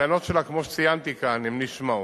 הטענות שלה, כמו שציינתי כאן, הן נשמעות,